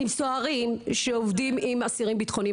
עם סוהרים שעובדים עם אסירים ביטחוניים.